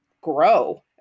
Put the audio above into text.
grow